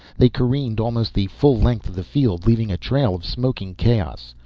they careened almost the full length of the field, leaving a trail of smoking chaos.